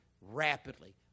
rapidly